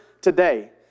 today